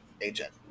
agent